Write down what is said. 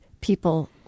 people